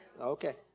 Okay